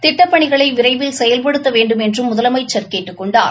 திட்டப் பணிகளை விரைவில் செயல்படுத்த வேண்டும் என்றும் முதலமைச்சர் கேட்டுக் கொண்டார்